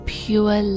pure